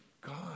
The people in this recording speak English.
God